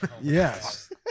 yes